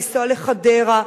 לנסוע לחדרה,